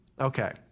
Okay